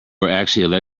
actually